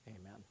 Amen